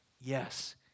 Yes